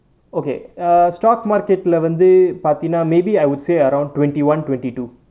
okay uh stock market leh வந்து பார்த்தேனா:vanthu paarthaenaa maybe I would say around twenty one twenty two